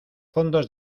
fondos